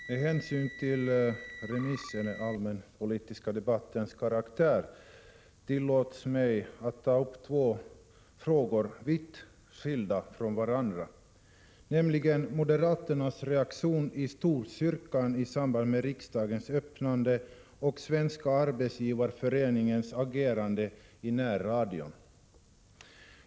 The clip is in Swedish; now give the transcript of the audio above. Herr talman! Tillåt mig, med hänsyn till den allmänpolitiska debattens karaktär, att ta upp två vitt skilda frågor, nämligen moderaternas reaktion i Storkyrkan i samband med riksdagens öppnande och Svenska arbetsgivareföreningens agerande i närradion.